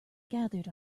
gathered